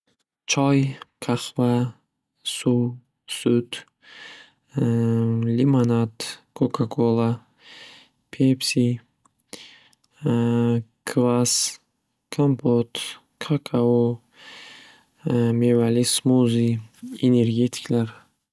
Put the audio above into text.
Choy, qahva, suv, sut, limonad, cocacola, pepsi, kvas, kampot, kakao, mevali smuzi, energetiklar.